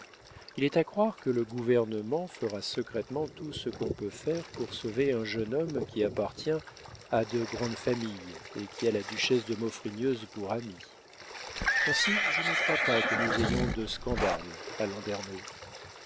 il est à croire que le gouvernement fera secrètement tout ce qu'on peut faire pour sauver un jeune homme qui appartient à de grandes familles et qui a la duchesse de maufrigneuse pour amie ainsi je ne crois pas que nous ayons de scandale à